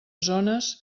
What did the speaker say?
zones